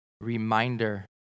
reminder